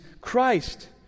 Christ